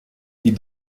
die